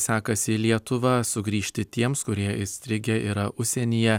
sekasi į lietuvą sugrįžti tiems kurie įstrigę yra užsienyje